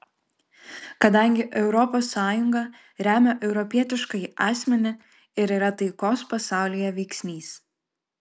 kadangi europos sąjunga remia europietiškąjį asmenį ir yra taikos pasaulyje veiksnys